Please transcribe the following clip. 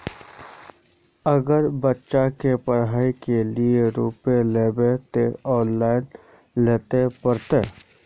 अगर बच्चा के पढ़ाई के लिये रुपया लेबे ते ऑनलाइन लेल पड़ते?